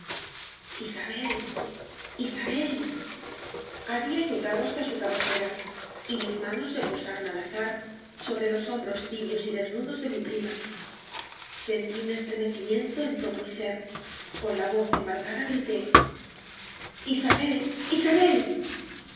isabel isabel había llegado hasta su cabecera y mis ma nos se posaron al azar sobre los hombros tibios y desnudos de mi prima sentí un es tremecimiento en todo mi ser con la voz embargada grité isabel isabel